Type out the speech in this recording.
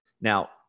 Now